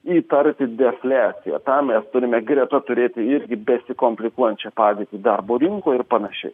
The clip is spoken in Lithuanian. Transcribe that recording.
įtarti defliaciją tą mes turime greta turėti irgi besikomplikuojančią padėtį darbo rinkoj ir panašiai